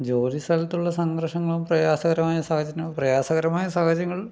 ജോലി സ്ഥലത്തുള്ള സംഘർഷങ്ങളും പ്രയാസകരമായ സാഹചര്യ പ്രയാസകരമായ സാഹചര്യങ്ങൾ